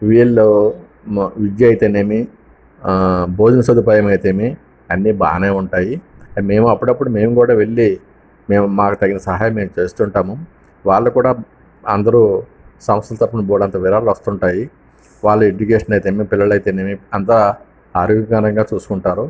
వీళ్ళు విద్య అయితే నేమి భోజన సదుపాయం అయితేనేమి అన్ని బాగానే ఉంటాయి మేము అప్పుడపుడు మేము కూడా వెళ్ళి మేము మాకు తగిన సహాయం మేము చేస్తూ ఉంటాము వాళ్ళు కూడా అందరూ సంస్థల తరపున బోలెడన్ని విరాళాలు వస్తూ ఉంటాయి వాళ్ళ ఎడ్యుకేషన్ అయితే ఏమీ పిల్లలు అయితేనేమి అంతా ఆరోగ్యకారంగా చూసుకుంటారు